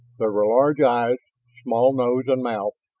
there were large eyes, small nose and mouth,